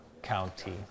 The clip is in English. county